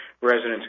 Residents